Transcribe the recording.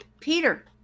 Peter